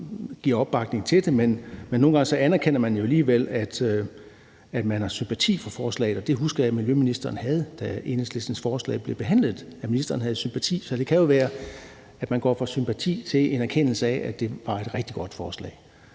ikke opbakning til det. Men nogle gange anerkender man jo alligevel forslaget og har sympati for det, og det husker jeg miljøministeren havde, da Enhedslistens forslag blev behandlet. Så det kan jo være, at man går fra sympati til en erkendelse af, at det bare er et rigtig godt forslag,